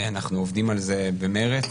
אנחנו עובדים על זה במרץ.